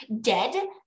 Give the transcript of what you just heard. Dead